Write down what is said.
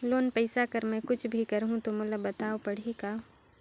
Loan पइसा कर मै कुछ भी करहु तो मोला बताव पड़ही का?